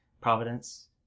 Providence